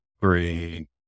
three